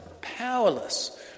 powerless